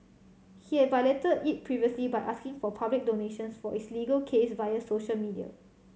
he had violated it previously by asking for public donations for his legal case via social media